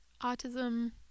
Autism